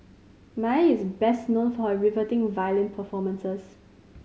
Mae is best known for her riveting violin performances